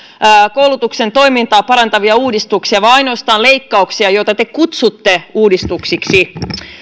koulutuksen toimintaa parantavia uudistuksia vaan ainoastaan leikkauksia joita te kutsutte uudistuksiksi